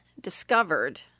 discovered